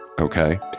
Okay